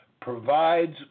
provides